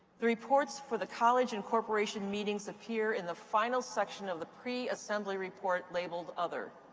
the reports for the college and corporation meetings appear in the final section of the pre-assembly report, labeled, other.